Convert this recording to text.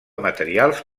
materials